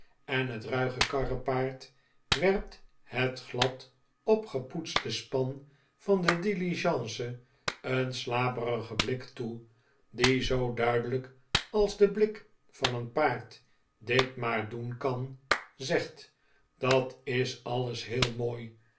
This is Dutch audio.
en het ruige karrepaard werpt het glad opgepoetste span van de diligence een slaperigen blik toe die zoo duidelijk als de blik van een paard dit maar doen kan zegt dat is alles heel mooi